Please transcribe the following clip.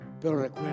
Pero